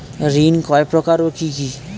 ঋণ কয় প্রকার ও কি কি?